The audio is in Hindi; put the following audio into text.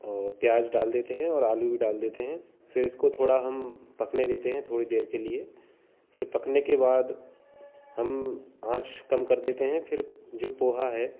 और प्याज डाल देते हैं और आलू भी डाल देते हैं फिर उसको थोड़ा हम पकने देते हैं थोड़ी देर के लिए फिर पकने के बाद हम आँच कम कर देते हैं फिर जो पोहा है